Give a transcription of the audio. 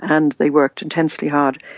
and they worked intensely hard.